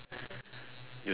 you send me meh